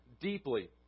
deeply